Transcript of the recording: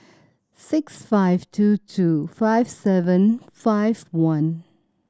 six five two two five seven five one